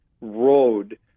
road